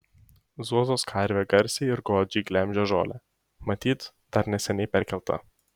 zuozos karvė garsiai ir godžiai glemžia žolę matyt dar neseniai perkelta